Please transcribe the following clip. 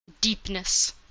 Deepness